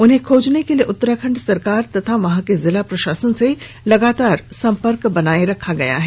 उन्हें खोजने के लिए उत्तराखंड सरकार तथा वहां के जिला प्रशासन से लगातार संपर्क किया जा रहा है